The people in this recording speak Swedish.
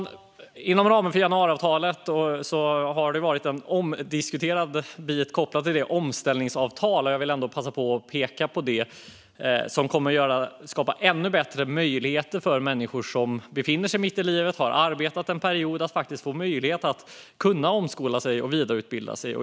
En omdiskuterad bit inom ramen för januariavtalet har varit omställningsavtalet. Jag vill ändå passa på att peka på det, då det kommer att skapa ännu bättre möjligheter för människor som befinner sig mitt i livet och har arbetat en period att omskola sig och vidareutbilda sig.